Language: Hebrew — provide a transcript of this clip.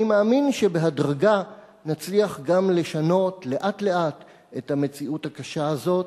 אני מאמין שבהדרגה נצליח גם לשנות לאט-לאט את המציאות הקשה הזאת.